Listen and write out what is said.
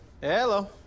Hello